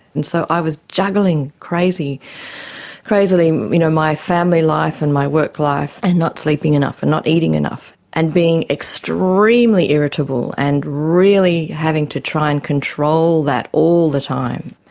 and so i was juggling crazily you know my family life and my work life and not sleeping enough and not eating enough and being extremely irritable and really having to try and control that all the time.